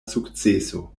sukceso